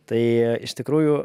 tai iš tikrųjų